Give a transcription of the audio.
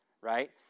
right